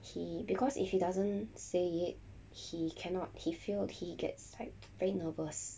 he because if he doesn't say it he cannot he feel he gets like very nervous